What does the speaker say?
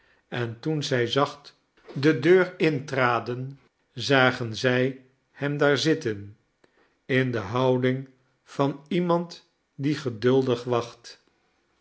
en toen zij zacht de deur intraden zagen zij hem daar zitten in de houding van iemand die geduldig wacht